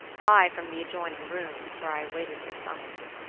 i, from the adjoining room, where i awaited their summons,